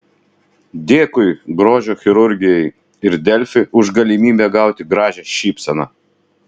dėkui grožio chirurgijai ir delfi už galimybę gauti gražią šypseną